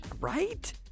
Right